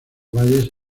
valles